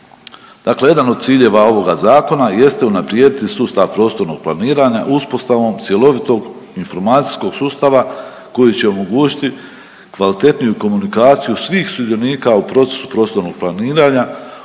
Dakle, jedan od ciljeva ovoga zakona jeste unaprijediti sustav prostornog planiranja uspostavom cjelovitog informacijskog sustava koji će omogućiti kvalitetniju komunikaciju svih sudionika u procesu prostornog planiranja,